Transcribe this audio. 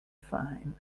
fine